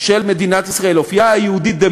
של מדינת ישראל, אופייה היהודי-דמוקרטי,